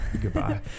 Goodbye